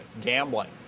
Gambling